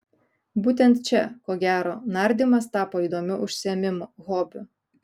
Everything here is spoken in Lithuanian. būtent čia ko gero nardymas tapo įdomiu užsiėmimu hobiu